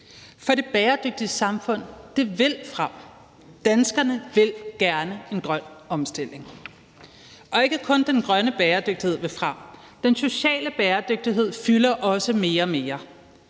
For det bæredygtige samfund vil frem. Danskerne vil gerne en grøn omstilling. Ikke kun den grønne bæredygtighed vil frem; den sociale bæredygtighed fylder også mere og mere.